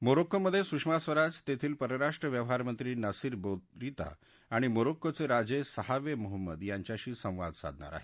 मोरोक्कोमध्ये सुषमा स्वराज तेथील परराष्ट्र व्यवहारमंत्री नासीर बौरीता आणि मोरोक्कोवे राजे सहावे मोहम्मद यांच्याशी संवाद साधणार आहेत